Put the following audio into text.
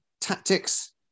tactics